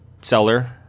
seller